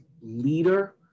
leader